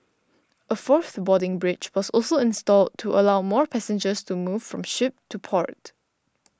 a fourth boarding bridge was also installed to allow more passengers to move from ship to port